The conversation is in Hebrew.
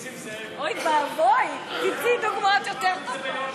אוי ואבוי, תיתני דוגמאות יותר טובות.